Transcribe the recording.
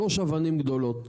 שלוש אבנים גדולות,